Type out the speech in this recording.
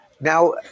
Now